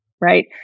right